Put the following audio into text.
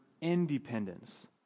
independence